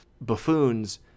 buffoons